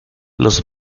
los